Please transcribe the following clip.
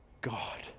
God